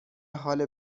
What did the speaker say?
حال